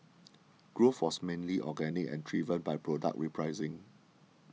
growth was mainly organic and driven by product repricing